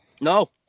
No